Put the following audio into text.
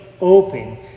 open